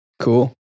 Cool